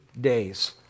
days